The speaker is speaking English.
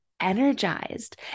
energized